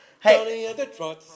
Hey